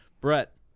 Brett